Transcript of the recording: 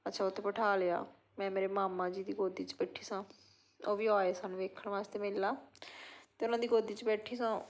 ਅੱਛਾ ਉਹ 'ਤੇ ਬਿਠਾ ਲਿਆ ਮੈਂ ਮੇਰੇ ਮਾਮਾ ਜੀ ਦੀ ਗੋਦੀ 'ਚ ਬੈਠੀ ਸਾਂ ਉਹ ਵੀ ਆਏ ਸਨ ਵੇਖਣ ਵਾਸਤੇ ਮੇਲਾ ਅਤੇ ਉਹਨਾਂ ਦੀ ਗੋਦੀ 'ਚ ਬੈਠੀ ਸਾਂ